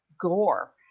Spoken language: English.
gore